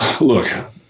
Look